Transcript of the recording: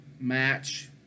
match